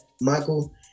Michael